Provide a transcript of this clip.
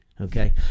okay